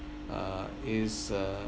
uh it's uh